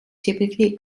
typically